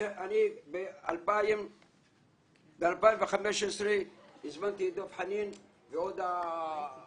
אני ב-2015 הזמנתי את דב חנין ועוד חבר